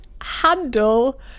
handle